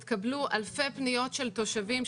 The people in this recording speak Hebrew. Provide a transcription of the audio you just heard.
התקבלו אלפי פניות של תושבים,